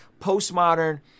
Postmodern